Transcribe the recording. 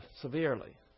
severely